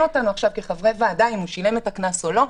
אותנו כחברי ועדה אם הוא שילם את הקנס או לא?